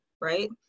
right